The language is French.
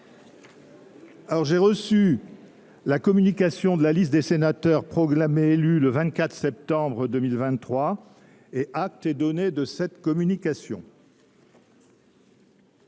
Sénat a reçu communication de la liste des sénateurs proclamés élus le 24 septembre 2023. Acte est donné de cette communication.